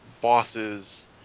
bosses